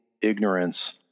ignorance